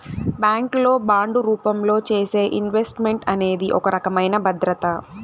bank లో bond రూపంలో చేసే ఇన్వెస్ట్ మెంట్ అనేది ఒక రకమైన భద్రత